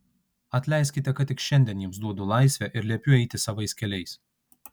atleiskite kad tik šiandien jums duodu laisvę ir liepiu eiti savais keliais